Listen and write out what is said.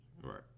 Right